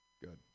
Good